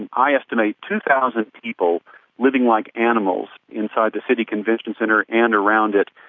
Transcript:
and i estimate, two thousand people living like animals inside the city convention center and around it.